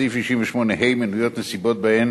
בסעיף 68(ה) מנויות נסיבות, ובהן